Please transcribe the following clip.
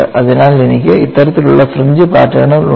അതിനാൽ എനിക്ക് ഇത്തരത്തിലുള്ള ഫ്രിഞ്ച് പാറ്റേണുകൾ ഉണ്ട്